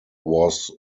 was